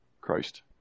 Christ